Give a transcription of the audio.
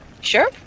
Sure